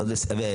עוד לא הספקנו.